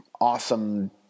awesome